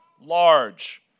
large